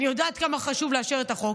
אני יודעת כמה חשוב לאשר את החוק.